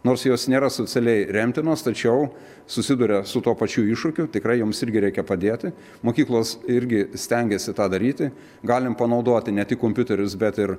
nors jos nėra socialiai remtinos tačiau susiduria su tuo pačiu iššūkiu tikrai joms irgi reikia padėti mokyklos irgi stengiasi tą daryti galim panaudoti ne tik kompiuterius bet ir